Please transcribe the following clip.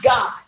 God